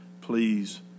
please